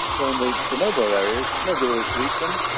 so in the bonobo areas no gorillas to eat them,